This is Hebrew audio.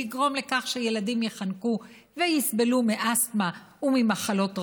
לגרום לכך שילדים ייחנקו ויסבלו מאסטמה וממחלות רבות,